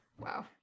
Wow